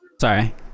Sorry